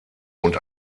und